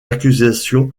accusation